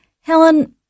Helen